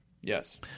Yes